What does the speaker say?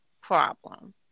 problem